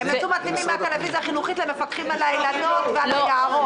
הם יצאו מהטלוויזיה החינוכית למפקחים על האילנות ועל היערות?